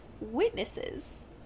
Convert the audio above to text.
Witnesses